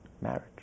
marriage